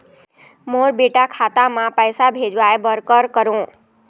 मोर बेटा खाता मा पैसा भेजवाए बर कर करों?